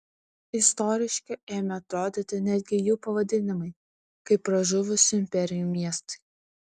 istoriški ėmė atrodyti netgi jų pavadinimai kaip pražuvusių imperijų miestai